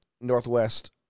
Northwest